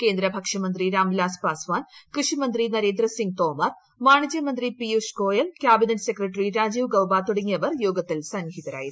കേന്ദ്ര ഭക്ഷ്യമന്ത്രി രാംവിലാസ് പാസ്വാൻ കൃഷിമന്ത്രി Narendra Singh Tomar പ്പാണിജ്യമന്ത്രി Piyush Goyal cabinet secretary ്യര്ക്ക് മൌബ തുടങ്ങിയവർ യോഗത്തിൽ സന്നിഹിതരായിരുന്നു